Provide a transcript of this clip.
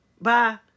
Bye